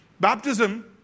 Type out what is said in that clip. Baptism